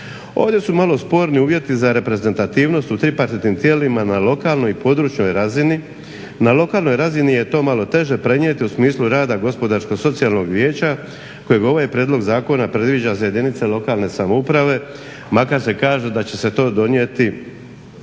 Ovdje su malo sporni uvjeti za reprezentativnost u tripartitnim tijelima na lokalnoj i područnoj razini. Na lokalnoj razini je to malo teže prenijeti u smislu rada gospodarsko-socijalnog vijeća kojeg ovaj prijedlog zakona predviđa za jedinice lokalne samouprave, makar se kaže da će se to donijeti